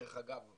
דרך אגב,